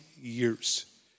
years